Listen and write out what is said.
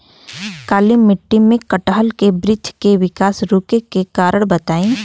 काली मिट्टी में कटहल के बृच्छ के विकास रुके के कारण बताई?